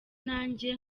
nanjye